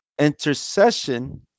intercession